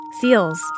Seals